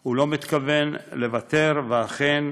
הוא אינו מתכוון לוותר ואכן